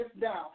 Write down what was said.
down